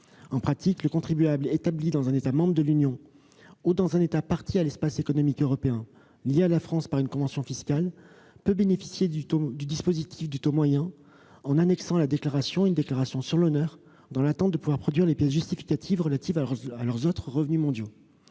En pratique, le contribuable établi dans un État membre de l'Union européenne ou dans un État partie à l'Espace économique européen lié à la France par une convention fiscale peut bénéficier du dispositif du taux moyen, en annexant à sa déclaration une déclaration sur l'honneur dans l'attente de pouvoir produire les pièces justificatives relatives à ses autres revenus mondiaux.